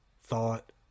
thought